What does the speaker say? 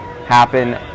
happen